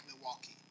Milwaukee